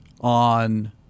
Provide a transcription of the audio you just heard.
on